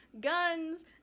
guns